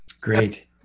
Great